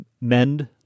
mend